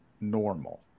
normal